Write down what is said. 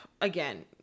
again